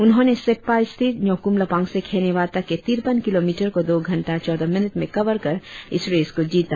उन्होंने सेप्पा स्थित न्योक्रम लापांग से खेनेवा तक के तिरपन किलो मीटर को दो घंटा चौदह मिनट में कवर कर इस रेस को जीता